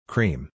Cream